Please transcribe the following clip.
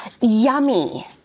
yummy